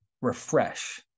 refresh